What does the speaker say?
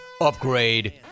upgrade